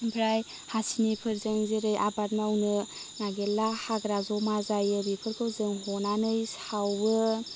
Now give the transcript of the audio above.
आमफ्राइ हासिनिफोरजों जेरै आबाद मावनो नागिरला हाग्रा जमा जायो बेफोरखौ जों हनानै सावो